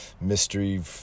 mystery